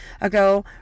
ago